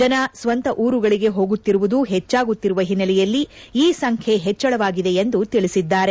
ಜನ ಸ್ವಂತ ಊರುಗಳಗೆ ಹೋಗುತ್ತಿರುವುದು ಹೆಚ್ಚಾಗುತ್ತಿರುವ ಹಿನ್ನೆಲೆಯಲ್ಲಿ ಈ ಸಂಖ್ಯೆ ಹೆಚ್ಚಳವಾಗಿದೆ ಎಂದು ತಿಳಬದ್ಲಾರೆ